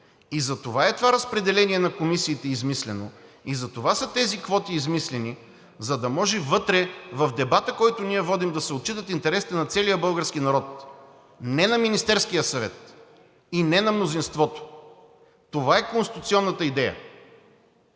е измислено това разпределение на комисиите и затова са измислени тези квоти, за да може в дебата, който водим, да се отчитат интересите на целия български народ – не на Министерския съвет и не на мнозинството. Това е конституционната идея!